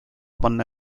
panna